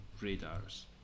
radars